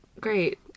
Great